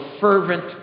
fervent